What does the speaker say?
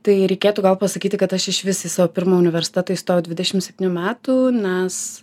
tai reikėtų gal pasakyti kad aš išvis į savo pirmą universitetą įstojau dvidešim septynių metų nes